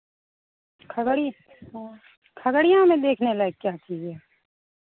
खगड़ि हाँ खगड़िया में देखने लायक क्या चीज़ है